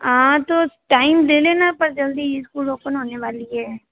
हाँ तो टाइम ले लेना पर जल्दी स्कूल ओपन होने वाली है